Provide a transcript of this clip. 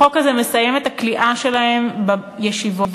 החוק הזה מסיים את הכליאה שלהם בישיבות